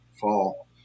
fall